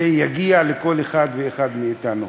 זה יגיע לכל אחד ואחד מאתנו.